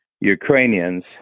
ukrainians